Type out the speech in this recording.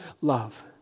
love